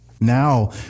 now